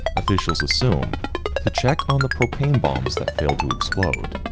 officials assumed to check on the propane bombs that failed to explode.